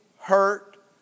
hurt